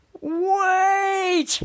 wait